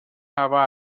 هوا